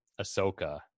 Ahsoka